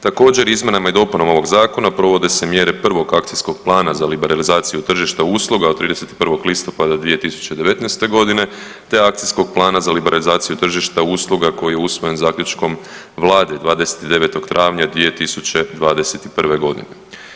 Također, izmjenama i dopunama ovog zakona provode se mjere prvog Akcijskog plana za liberalizaciju tržišta usluga od 31. listopada 2019. godine te Akcijskog plana za liberalizaciju tržišta usluga koji je usvojen zaključkom vlade 29. travnja 2021. godine.